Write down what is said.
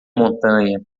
montanha